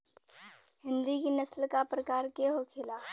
हिंदी की नस्ल का प्रकार के होखे ला?